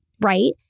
right